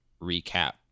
recap